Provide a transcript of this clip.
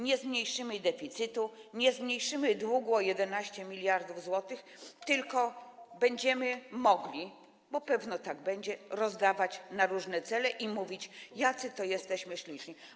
Nie zmniejszymy deficytu, nie zmniejszymy długu o 11 mld zł, tylko będziemy mogli, bo pewno tak będzie, rozdawać to na różne cele i mówić, jacy to jesteśmy śliczni.